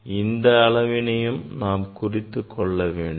அந்த அளவினையும் நாம் குறித்துக்கொள்ள வேண்டும்